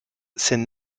scène